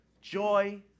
Joy